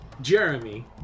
Jeremy